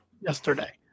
yesterday